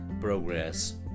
progress